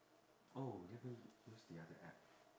oh let me use the other app